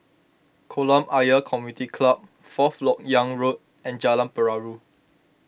Kolam Ayer Community Club Fourth Lok Yang Road and Jalan Perahu